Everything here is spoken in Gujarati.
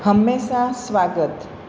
હંમેશા સ્વાગત